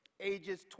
ages